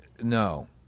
no